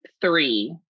three